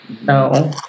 No